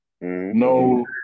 no